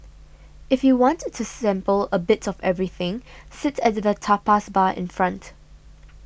if you want to sample a bit of everything sit at the tapas bar in front